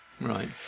Right